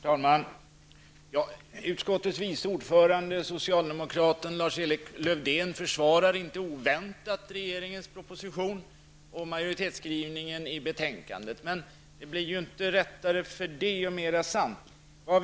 Herr talman! Utskottets vice ordförande, socialdemokraten Lars-Erik Lövdén, försvarar inte oväntat regeringens proposition och majoritetsskrivningen i betänkandet. Men vad som står där blir ju inte mera sant för det.